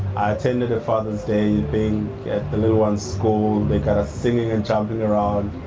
attended a father's day thing at the little one's school. they got us singing and jumping around.